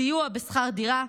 סיוע בשכר דירה,